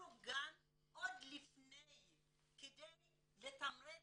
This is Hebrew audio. יטפלו גם עוד לפני, כדי לתמרץ